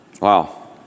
Wow